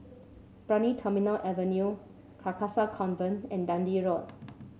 Brani Terminal Avenue Carcasa Convent and Dundee Road